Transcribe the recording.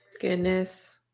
Goodness